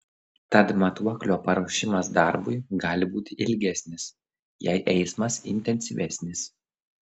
tad matuoklio paruošimas darbui gali būti ilgesnis jei eismas intensyvesnis